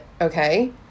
okay